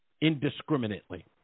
indiscriminately